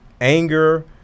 anger